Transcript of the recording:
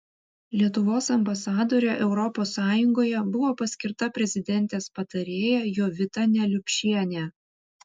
lietuvos ambasadore europos sąjungoje buvo paskirta prezidentės patarėja jovita neliupšienė